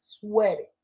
sweating